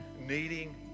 needing